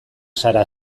zara